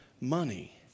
money